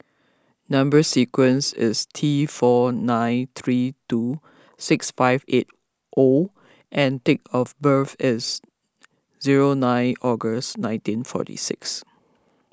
Number Sequence is T four nine three two six five eight O and date of birth is zero nine August nineteen forty six